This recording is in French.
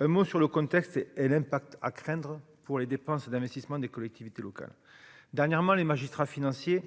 un mot sur le contexte, elle aime pas à craindre pour les dépenses d'investissement des collectivités locales, dernièrement, les magistrats financiers.